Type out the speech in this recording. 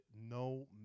no